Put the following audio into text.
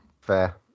Fair